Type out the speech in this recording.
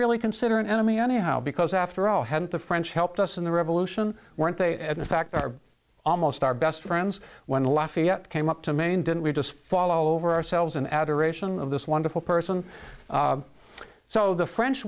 really consider an enemy anyhow because after all hadn't the french helped us in the revolution weren't they and in fact are almost our best friends when lafayette came up to maine didn't we just fall over ourselves in admiration of this wonderful person so the french